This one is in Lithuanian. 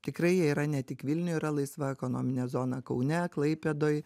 tikrai jie yra ne tik vilniuj yra laisva ekonominė zona kaune klaipėdoj